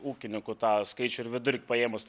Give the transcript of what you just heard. ūkinikų tą skaičių ir vidurkį paėmus